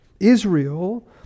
Israel